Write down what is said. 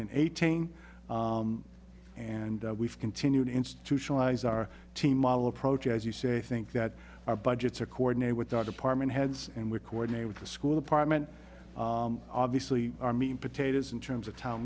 and eighteen and we've continued institutionalize our team model approach as you say i think that our budgets are coordinated with our department heads and we coordinate with the school apartment obviously our meat and potatoes in terms of town